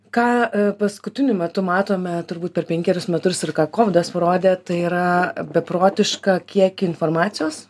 ką paskutiniu metu matome turbūt per penkerius metus ir ką kovidas parodė tai yra beprotiška kiek informacijos